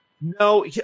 No